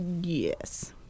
yes